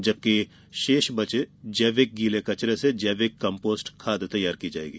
एवं शेष बचे जैविक गीले कचरे से जैविक कम्पोस्ट खाद तैयार कराया जायेगा